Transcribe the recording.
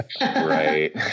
Right